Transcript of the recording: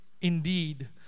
indeed